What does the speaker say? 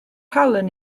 halen